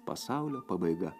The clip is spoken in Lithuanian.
pasaulio pabaiga